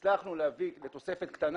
הצלחנו להביא תוספת קטנה